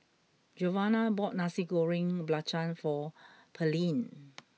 Giovanna bought Nasi Goreng Belacan for Pearlene